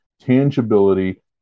tangibility